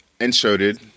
inserted